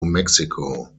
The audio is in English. mexico